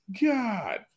God